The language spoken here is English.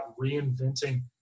reinventing